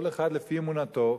כל אחד לפי אמונתו,